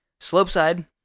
Slopeside